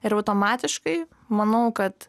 ir automatiškai manau kad